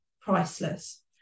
priceless